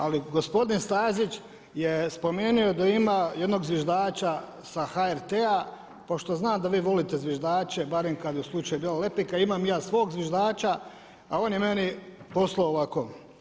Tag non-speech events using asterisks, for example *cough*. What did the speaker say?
Ali gospodin Stazić je spomenuo da ima jednog zviždača sa HRT pošto zna da vi volite zviždače barem kada je u slučaju bila … *unintelligible* Imam ja i svog zviždača, a on je meni poslao ovako.